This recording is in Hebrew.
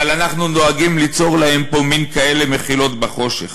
אבל אנחנו נוהגים ליצור להם פה מין כאלה מחילות בחושך,